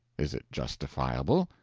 is it justifiable?